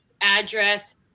address